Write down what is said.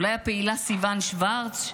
אולי הפעילה סיוון שוורץ,